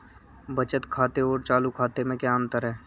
बचत खाते और चालू खाते में क्या अंतर है?